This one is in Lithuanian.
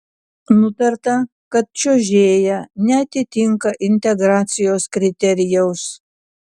nutarta kad čiuožėja neatitinka integracijos kriterijaus